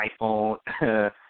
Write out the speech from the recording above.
iPhone